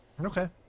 okay